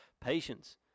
patience